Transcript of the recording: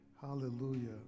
Hallelujah